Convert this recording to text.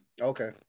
Okay